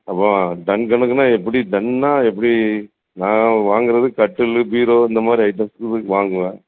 அப்போ டன் கணக்குனால் எப்படி டன்னால் எப்படி நாங்கள் வாங்கிறது கட்டிலு பீரோ இந்த மாதிரி ஐட்டம்சுக்கு வாங்குவேன்